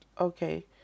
Okay